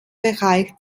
bereich